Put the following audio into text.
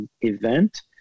event